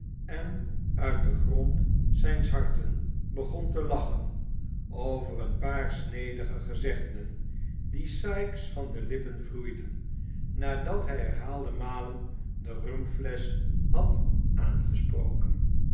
en uit den grond zijns harten begon te lachen over een paar snedige gezegden die sikes van de lippen vloeiden nadat hij herhaalde malen de rumflesch had aangesproken